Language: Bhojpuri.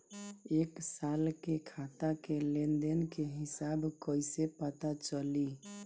एक साल के खाता के लेन देन के हिसाब कइसे पता चली?